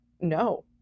no